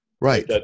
Right